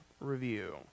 review